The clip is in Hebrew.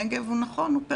נכון, הנגב הוא פריפריה,